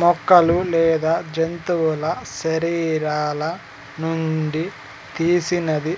మొక్కలు లేదా జంతువుల శరీరాల నుండి తీసినది